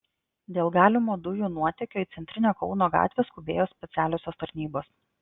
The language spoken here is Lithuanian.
dėl galimo dujų nuotėkio į centrinę kauno gatvę skubėjo specialiosios tarnybos